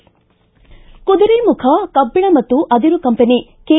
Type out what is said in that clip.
ಕುದುರೆಮುಖ ಕಬ್ಬಿಣ ಮತ್ತು ಅದಿರು ಕಂಪೆನಿ ಕೆ